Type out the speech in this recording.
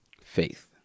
Faith